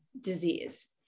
disease